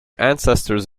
ancestors